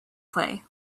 play